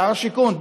שר השיכון,